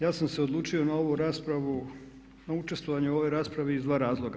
Ja sam se odlučio na ovu raspravu u učestvovanju ove rasprave iz dva razloga.